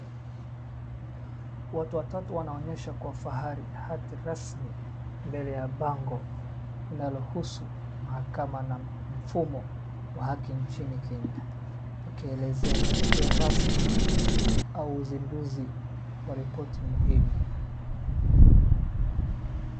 Watu watatu wanaonyesha kwa fahari hadhi rasmi mbele ya bango linalohusu mahakama na mfumo wa haki nchini Kenya. Wakielezea tukio rasmi au uzinduzi wa ripoti muhimu.